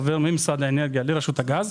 הוא עובר ממשרד האנרגיה לרשות הגז.